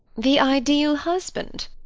the ideal husband?